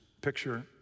picture